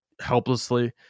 helplessly